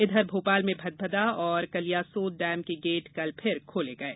इधर भोपाल में भदभदा और कलियासोत डेम के गेट कल फिर खोले गये